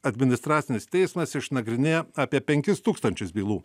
administracinis teismas išnagrinėja apie penkis tūkstančius bylų